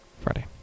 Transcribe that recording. Friday